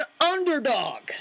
underdog